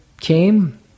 came